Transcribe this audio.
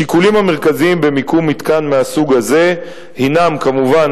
השיקולים המרכזיים במיקום מתקן מהסוג הזה הינם כמובן